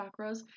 chakras